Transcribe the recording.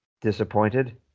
disappointed